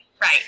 Right